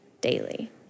daily